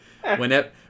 Whenever